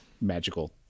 magical